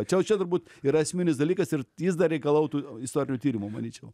čia jau čia turbūt yra esminis dalykas ir jis dar reikalautų istorinių tyrimų manyčiau